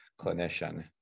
clinician